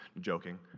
joking